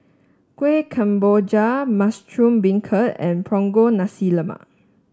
Kuih Kemboja Mushroom Beancurd and Punggol Nasi Lemak